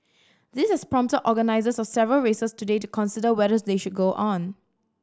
this has prompted organisers of several races today to consider whether they should go on